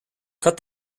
cut